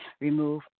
Remove